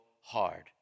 hard